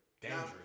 dangerous